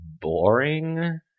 boring